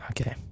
Okay